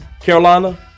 Carolina